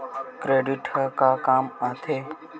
Credit ह का काम आथे?